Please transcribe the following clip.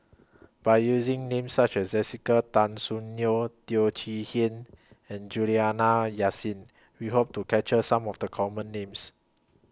By using Names such as Jessica Tan Soon Neo Teo Chee Hean and Juliana Yasin We Hope to capture Some of The Common Names